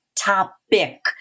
topic